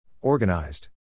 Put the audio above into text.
Organized